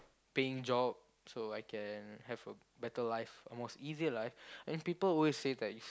paying job so I can have a better life or most easier life and people always say that is